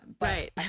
right